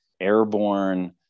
airborne